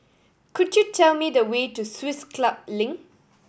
could you tell me the way to Swiss Club Link